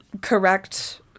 correct